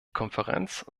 konferenz